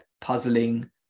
puzzling